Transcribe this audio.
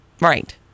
Right